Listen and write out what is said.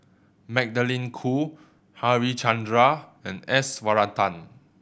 Magdalene Khoo Harichandra and S Varathan